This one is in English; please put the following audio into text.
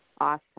Awesome